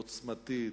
ועוצמתית,